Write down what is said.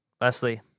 leslie